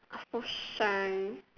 I'm so shy